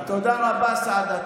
תודה רבה, סעדה.